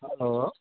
hello